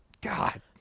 God